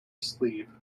sleeve